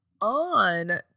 on